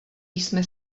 jsme